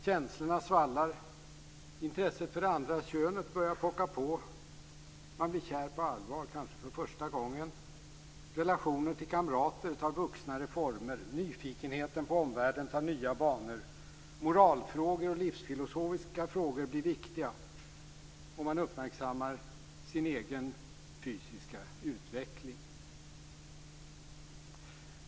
Känslorna svallar, och intresset för det andra könet börjar pocka på; man kanske blir kär på allvar för första gången. Relationen till kamrater tar vuxnare former, nyfikenheten på omvärlden tar nya banor, moralfrågor och livsfilosofiska frågor blir viktiga, och man uppmärksammar sin egen fysiska utveckling.